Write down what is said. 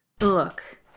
Look